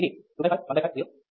ఇది 25 15 0 325 925 15 125 325 225